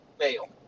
fail